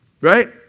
Right